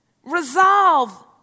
Resolve